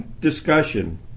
discussion